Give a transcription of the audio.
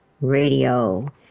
Radio